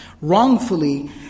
wrongfully